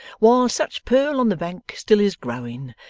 while such purl on the bank still is growing,